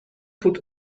put